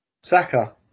Saka